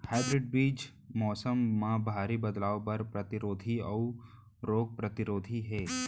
hybrid बीज मौसम मा भारी बदलाव बर परतिरोधी अऊ रोग परतिरोधी हे